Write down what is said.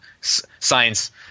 science